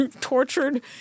tortured